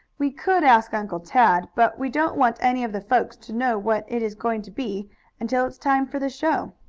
we could ask uncle tad, but we don't want any of the folks to know what it is going to be until it's time for the show.